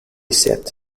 set